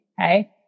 Okay